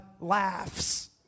laughs